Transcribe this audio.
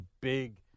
big